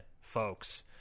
folks